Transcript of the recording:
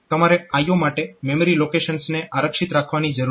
તેથી તમારે IO માટે મેમરી લોકેશન્સને આરક્ષિત રાખવાની જરૂર નથી